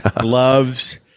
gloves